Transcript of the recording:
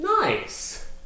nice